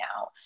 now